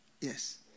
Yes